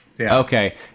Okay